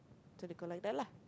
so they collect that lah